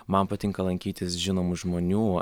man patinka lankytis žinomų žmonių